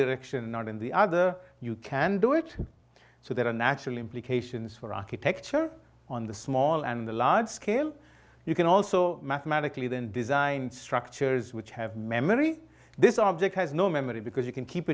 direction not in the other you can do it so there are natural implications for architecture on the small and the large scale you can also mathematically than design structures which have memory this object has no memory because you can keep